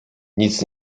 nic